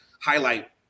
highlight